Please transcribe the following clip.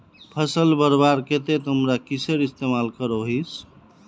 फसल बढ़वार केते तुमरा किसेर इस्तेमाल करोहिस?